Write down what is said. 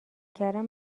کردن